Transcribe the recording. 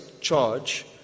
charge